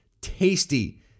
tasty